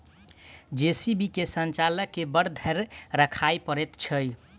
JCB के संचालक के बड़ धैर्य राखय पड़ैत छै